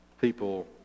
people